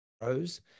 rows